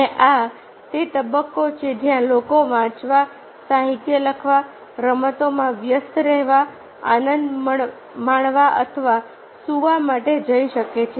અને આ તે તબક્કો છે જ્યાં લોકો વાંચવા સાહિત્ય લખવા રમતોમાં વ્યસ્ત રહેવા આનંદ માણવા અથવા સૂવા માટે જઈ શકે છે